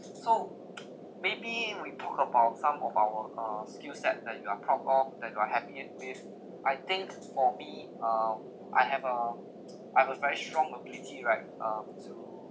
so maybe we talk about some of our uh skill set that you are proud of that you are having it with I think for me um I have a I have a very strong ability right uh to